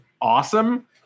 awesome